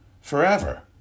forever